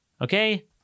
Okay